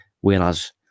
whereas